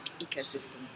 ecosystem